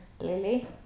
Lily